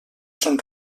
són